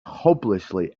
hopelessly